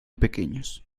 pequeños